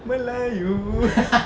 melayu